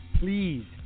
please